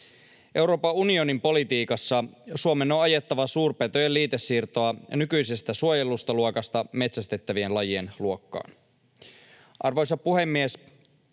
Euroopan unionin politiikassa Suomen on ajettava suurpetojen liitesiirtoa nykyisestä suojeltavien luokasta metsästettävien lajien luokkaan. Arvoisa puhemies!